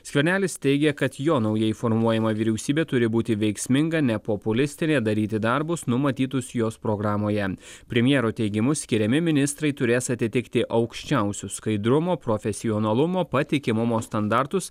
skvernelis teigia kad jo naujai formuojama vyriausybė turi būti veiksminga nepopulistinė daryti darbus numatytus jos programoje premjero teigimu skiriami ministrai turės atitikti aukščiausius skaidrumo profesionalumo patikimumo standartus